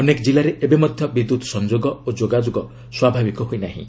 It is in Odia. ଅନେକ ଜିଲ୍ଲାରେ ଏବେ ମଧ୍ୟ ବିଦ୍ୟୁତ୍ ସଂଯୋଗ ଓ ଯୋଗାଯୋଗ ସ୍ୱାଭାବିକ ହୋଇ ନାହିଁ